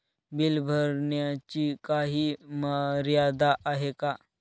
Bill भरण्याची काही मर्यादा आहे का?